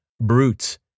brutes